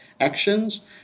actions